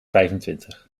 vijfentwintig